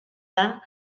vingt